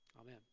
Amen